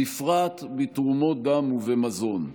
בפרט בתרומות דם ובמזון.